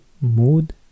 Mood